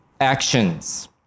actions